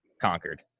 conquered